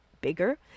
bigger